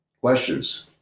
questions